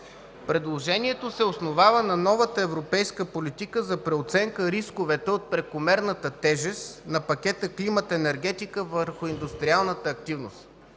Предложението се основа на новата европейска политика за преоценка на рисковете от прекомерната тежест на пакета „Климат – енергетика” върху индустриалната активност.